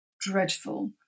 dreadful